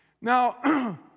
Now